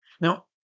Now